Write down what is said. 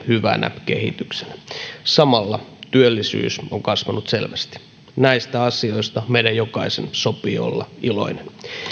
hyvänä kehityksenä samalla työllisyys on kasvanut selvästi näistä asioista meidän jokaisen sopii olla iloinen